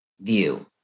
View